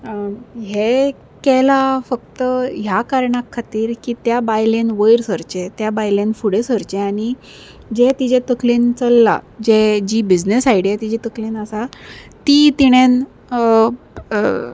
हें केलां फक्त ह्या कारणा खातीर की त्या बायलेन वयर सरचें त्या बायलेन फुडें सरचें आनी जें तिजे तकलेन चल्लां जे जी बिझनस आयडिया तिजी तकलेन आसा ती तिणेंन